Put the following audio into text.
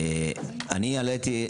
אני העליתי,